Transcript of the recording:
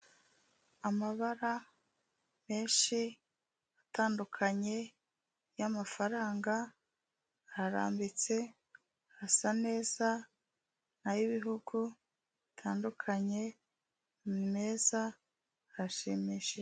Amabara menshi atandukanye y'amafaranga ararambitse, asa neza, n'ay'ibihugu bitandukanye ni meza arashimishije.